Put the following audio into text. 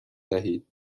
دهید